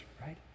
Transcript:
right